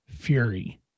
Fury